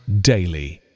daily